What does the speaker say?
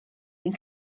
ein